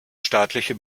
staatliche